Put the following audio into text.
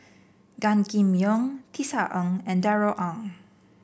Gan Kim Yong Tisa Ng and Darrell Ang